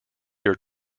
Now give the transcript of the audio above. year